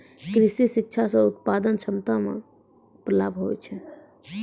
कृषि शिक्षा से उत्पादन क्षमता मे लाभ हुवै छै